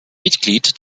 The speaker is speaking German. mitglied